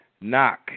knock